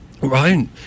Right